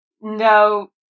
no